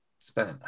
spent